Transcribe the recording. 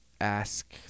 ask